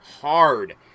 hard